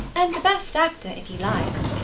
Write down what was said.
and the best actor if he likes.